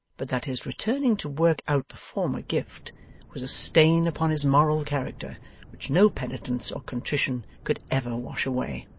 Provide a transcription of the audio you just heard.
but that his returning to work out the former gift was a stain upon his moral character which no penitence or contrition could ever wash away.